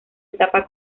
etapa